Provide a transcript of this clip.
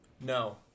No